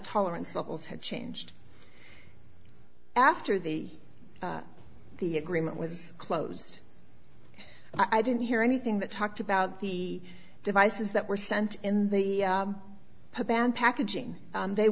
tolerance levels had changed after the the agreement was closed i didn't hear anything that talked about the devices that were sent in the pan packaging they